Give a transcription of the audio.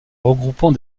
regroupant